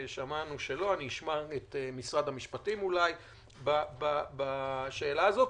שמענו שלא, אשמע אולי את משרד המשפטים בשאלה הזאת.